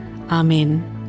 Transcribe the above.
Amen